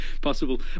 possible